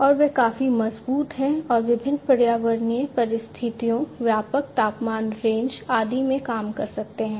और वे काफी मजबूत हैं और विभिन्न पर्यावरणीय परिस्थितियों व्यापक तापमान रेंज आदि में काम कर सकते हैं